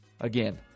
Again